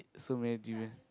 so many durian